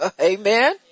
Amen